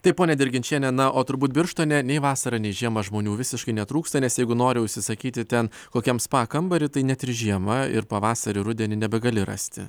taip ponia dirginčiene na o turbūt birštone nei vasarą nei žiemą žmonių visiškai netrūksta nes jeigu nori užsisakyti ten kokiam spa kambarį tai net ir žiemą ir pavasarį ir rudenį nebegali rasti